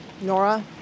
Nora